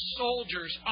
soldiers